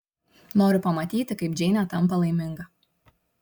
noriu pamatyti kaip džeinė tampa laiminga